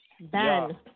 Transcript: Ben